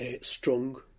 strong